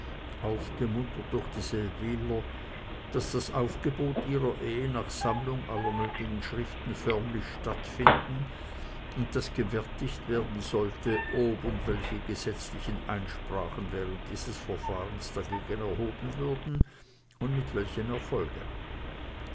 aufgemuntert durch die seldwyler daß das aufgebot ihrer ehe nach sammlung aller nötigen schriften förmlich stattfinden und daß gewärtigt werden solle ob und welche gesetzliche einsprachen während dieses verfahrens dagegen erhoben würden und mit welchem erfolge